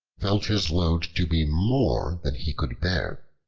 felt his load to be more than he could bear.